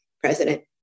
President